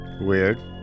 Weird